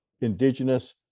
indigenous